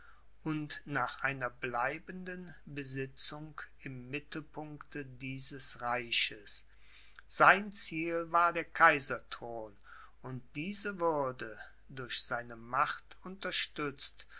und nach einer bleibenden besitzung im mittelpunkte dieses reiches sein ziel war der kaiserthron und diese würde durch seine macht unterstützt